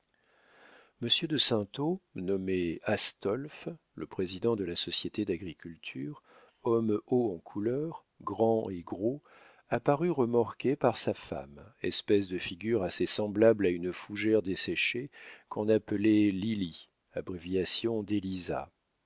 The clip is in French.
de saintot nommé astolphe le président de la société d'agriculture homme haut en couleur grand et gros apparut remorqué par sa femme espèce de figure assez semblable à une fougère desséchée qu'on appelait lili abréviation d'élisa